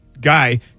guy